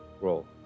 Roll